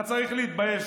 אתה צריך להתבייש,